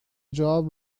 job